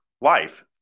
life